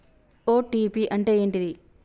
OTP అంటే ఏంటిది?